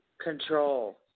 control